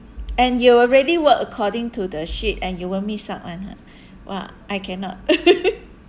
and you're already work according to the sheet and you won't miss out [one] ah !wah! I cannot